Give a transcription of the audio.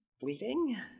bleeding